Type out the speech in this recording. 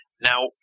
Now